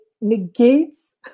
negates